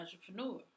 entrepreneur